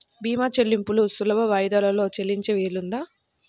భీమా చెల్లింపులు సులభ వాయిదాలలో చెల్లించే వీలుందా?